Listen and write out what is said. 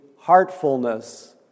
heartfulness